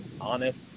honest